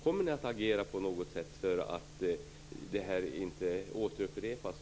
Kommer ni att agera på något sätt för att detta inte skall återupprepas?